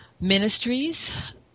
Ministries